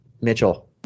Mitchell